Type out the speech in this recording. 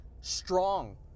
strong